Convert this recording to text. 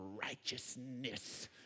righteousness